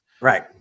Right